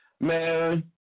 Man